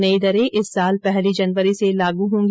नई दरें इस साल पहली जनवरी से लागू होंगी